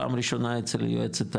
פעם ראשונה אצל יועצת הדיור,